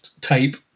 type